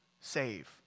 save